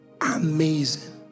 amazing